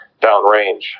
downrange